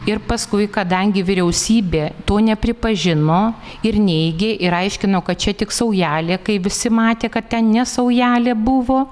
ir paskui kadangi vyriausybė to nepripažino ir neigė ir aiškino kad čia tik saujelė kai visi matė kad ten ne saujelė buvo